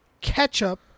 ketchup